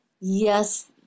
Yes